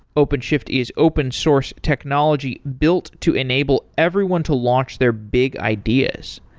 openshift is open source technology built to enable everyone to launch their big ideas.